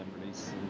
release